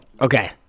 Okay